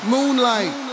Moonlight